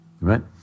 right